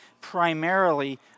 primarily